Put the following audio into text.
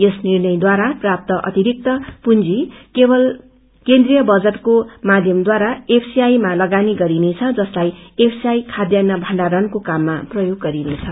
यस निणर्यद्वारा प्राप्त अतिरिक्त पुंजी केन्द्रीय बजटको माध्यमद्वारा एफसीआई मा लगानी गरिनेछ जसलाई एफसीआई खादयान्न भंडारणको काममा प्रयोग गरिनेछ